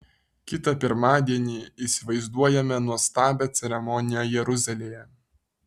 kitą pirmadienį įsivaizduojame nuostabią ceremoniją jeruzalėje